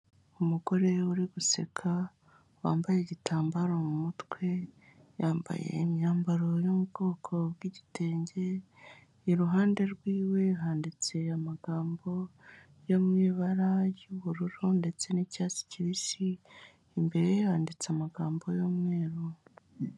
Umugore uri guseka wambaye igitambaro mu mutwe, yambaye imyambaro yo mu bwoko bw'igitenge, iruhande rw'iwe handitse amagambo yo mu ibara ry'ubururu ndetse n'icyatsi kibisi, imbere ye handitse amagambo y'umweru.